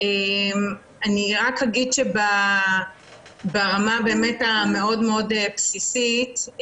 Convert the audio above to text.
אני אומר שברמה המאוד בסיסית,